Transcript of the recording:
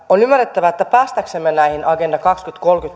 on ymmärrettävää että päästäksemme näihin agenda kaksituhattakolmekymmentä